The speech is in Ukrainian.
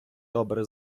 добре